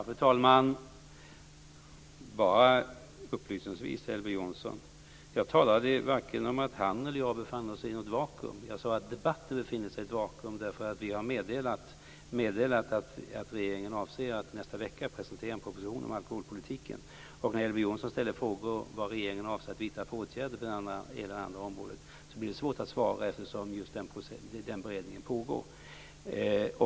Fru talman! Bara upplysningsvis till Elver Jonsson. Jag talade inte om att vi, varken han eller jag, befann oss i något vakuum. Jag sade att debatten befann sig i ett vakuum därför att vi har meddelat att regeringen avser att nästa vecka presentera en proposition om alkoholpolitiken. När Elver Jonsson ställer frågor om vad regeringen avser att vidta för åtgärder på ena eller det andra området blir det svårt att svara, eftersom just den beredningen pågår.